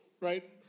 Right